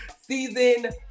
season